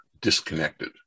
disconnected